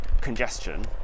congestion